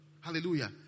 Hallelujah